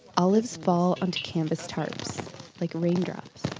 olives fall onto canvas tarps like raindrops.